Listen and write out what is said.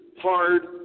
hard